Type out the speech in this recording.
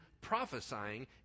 prophesying